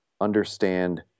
understand